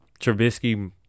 Trubisky